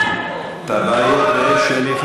טיבייב.